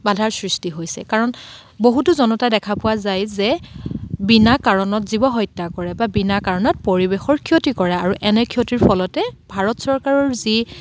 বাধাৰ সৃষ্টি হৈছে কাৰণ বহুতো জনতা দেখা পোৱা যায় যে বিনা কাৰণত জীৱ হত্যা কৰে বা বিনা কাৰণত পৰিৱেশৰ ক্ষতি কৰে আৰু এনে ক্ষতিৰ ফলতে ভাৰত চৰকাৰৰ যি